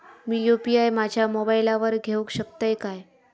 मी UPI माझ्या मोबाईलावर घेवक शकतय काय?